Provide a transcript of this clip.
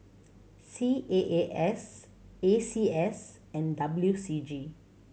C A A S A C S and W C G